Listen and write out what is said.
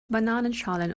bananenschalen